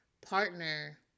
partner